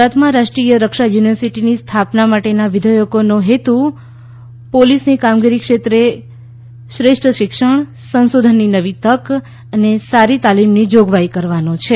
ગુજરાતમાં રાષ્ટ્રીય રક્ષા યુનિવર્સિટીની સ્થાપના માટેના વિધેયકનો હેતુ પોલીસની કામગીરી ક્ષેત્રે શ્રેષ્ઠ શિક્ષણ સંશોધનની નવી તક અને સારી તાલીમની જોગવાઈ કરવાનો છે